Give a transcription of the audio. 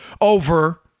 over